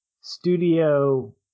studio